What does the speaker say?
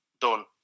done